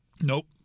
Nope